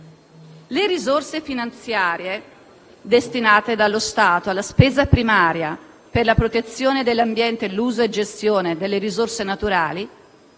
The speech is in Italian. Le risorse finanziarie destinate dallo Stato alla spesa primaria per la protezione dell'ambiente e l'uso e gestione delle risorse naturali